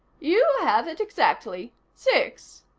you have it exactly. six.